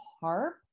harp